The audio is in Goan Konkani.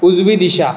उजवी दिशा